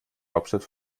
hauptstadt